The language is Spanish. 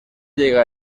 llega